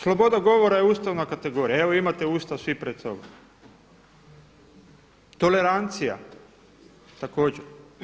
Sloboda govora je ustavna kategorija, evo imate Ustav svi pred sobom, tolerancija također.